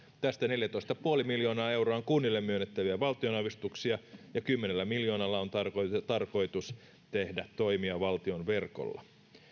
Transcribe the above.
tästä neljätoista pilkku viisi miljoonaa euroa on kunnille myönnettäviä valtionavustuksia ja kymmenellä miljoonalla on tarkoitus tarkoitus tehdä toimia valtion verkolla